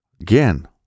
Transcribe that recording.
again